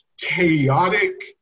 chaotic